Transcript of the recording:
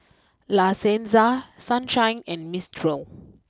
La Senza Sunshine and Mistral